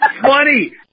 funny